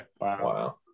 Wow